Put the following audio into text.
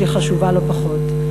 שהיא חשובה לא פחות.